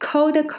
Cold